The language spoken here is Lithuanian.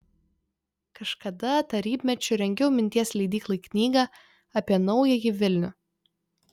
kažkada tarybmečiu rengiau minties leidyklai knygą apie naująjį vilnių